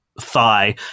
thigh